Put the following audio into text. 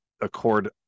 Accord